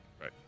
Right